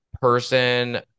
person